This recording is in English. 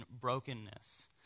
brokenness